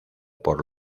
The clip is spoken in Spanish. por